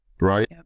right